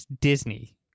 Disney